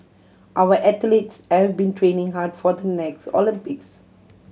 our athletes have been training hard for the next Olympics